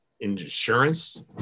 insurance